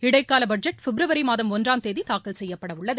இடைக்கால budget February மாதம் ஒன்றாம் தேதி தாக்கல் செய்யப்பட உள்ளது